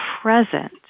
present